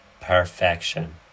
Perfection